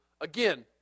again